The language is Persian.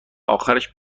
آخرش